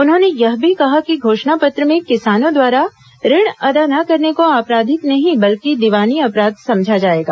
उन्होंने यह भी कहा कि घोषणा पत्र में किसानों द्वारा ऋण अदा न करने को आपराधिक नहीं बल्कि दीवानी अपराध समझा जाएगा